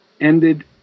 ended